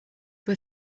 were